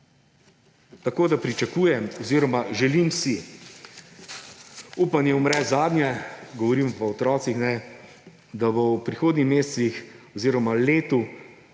Tako pričakujem oziroma želim si, upanje umre zadnje, govorim pa o otrocih, da bo v prihodnjih mesecih oziroma letu